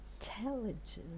intelligence